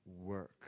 work